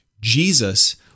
Jesus